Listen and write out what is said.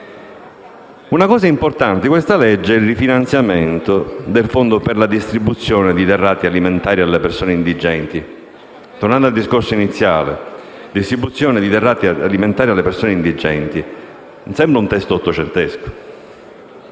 Un punto importante di questa legge è il rifinanziamento del fondo per la distribuzione di derrate alimentari alle persone indigenti. Tornando al discorso iniziale, l'espressione «distribuzione di derrate alimentari alle persone indigenti» a me sembra da testo ottocentesco.